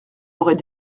aurait